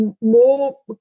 more